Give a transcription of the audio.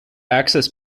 access